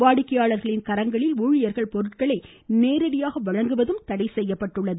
வாடிக்கையாளர்களின் கரங்களில் ஊழியர்கள் பொருட்களை நேரடியாக வழங்குவது தடை செய்யப்பட்டுள்ளது